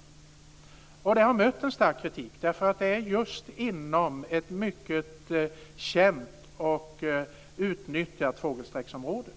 Vindkraftverken har mött en stark kritik, därför att de ligger just inom ett mycket känt och utnyttjat fågelsträcksområde.